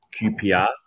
QPR